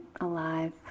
alive